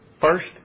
First